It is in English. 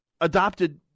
adopted